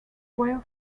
square